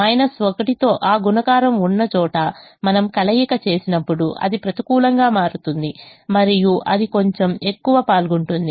1 తో ఆ గుణకారం ఉన్నచోట మనం కలయిక చేసినప్పుడు అది ప్రతికూలంగా మారుతుంది మరియు అది కొంచెం ఎక్కువ పాల్గొంటుంది